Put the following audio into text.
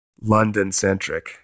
London-centric